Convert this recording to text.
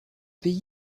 pays